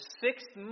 sixth